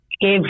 give